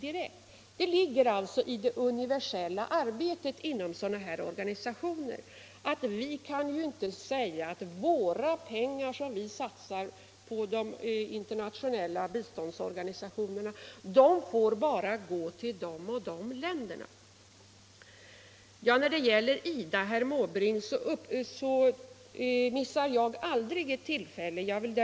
Men det ligger som sagt i det universella arbetet i sådana här organisationer att vi inte kan säga att de pengar som vi satsar till de internationella biståndsorganisationerna bara får gå till de och de länderna. Vad sedan gäller IDA, så missar jag aldrig ett tillfälle att försöka lägga saker och ting till rätta, herr Måbrink.